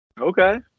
Okay